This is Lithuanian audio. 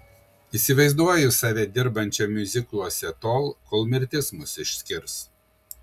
įsivaizduoju save dirbančią miuzikluose tol kol mirtis mus išskirs